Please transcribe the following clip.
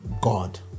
God